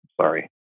Sorry